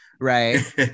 Right